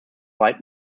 weit